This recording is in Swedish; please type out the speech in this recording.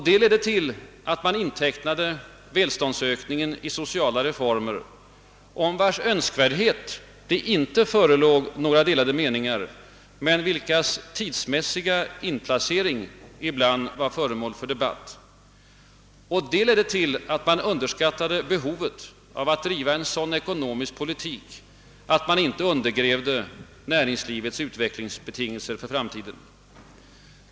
Det ledde till att man intecknade välståndsökningen i sociala reformer, om vilkas önskvärdhet det inte förelåg några delade meningar men vilkas tidsmässiga inplacering ibland var föremål för debatt. Detta ledde till att man underskattade behovet av att driva en sådan ekonomisk politik, att man inte undergrävde näringslivets utvecklingsbetingelser för framtiden.